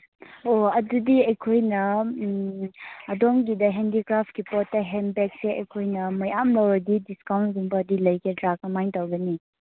ꯑꯣ ꯑꯗꯨꯗꯤ ꯑꯩꯈꯣꯏꯅ ꯎꯝ ꯑꯗꯣꯝꯒꯤꯗ ꯍꯦꯟꯗꯤꯀ꯭ꯔꯥꯐꯀꯤ ꯄꯣꯠꯇ ꯍꯦꯟ ꯕꯦꯛꯁꯦ ꯑꯩꯈꯣꯏꯅ ꯃꯌꯥꯝ ꯂꯧꯔꯗꯤ ꯗꯤꯁꯀꯥꯎꯟꯒꯨꯝꯕꯗꯤ ꯂꯩꯒꯗ꯭ꯔꯥ ꯀꯃꯥꯏꯅ ꯇꯧꯒꯅꯤ